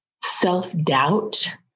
self-doubt